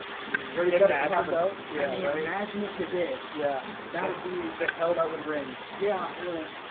i mean yeah so but i yeah but ah yeah mean yeah imagine if you did yeah, that would be the hell that would ring yeah really